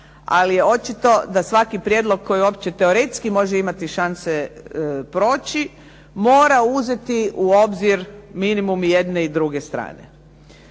ali je očito da svaki prijedlog koji uopće teoretski može imati šanse proći mora uzeti u obzir minimum i jedne i druge strane.